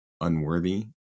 unworthy